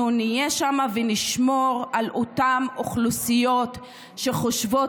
אנחנו נהיה שם ונשמור על אותן אוכלוסיות שחושבות